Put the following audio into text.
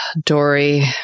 Dory